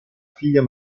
figlia